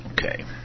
Okay